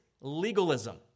legalism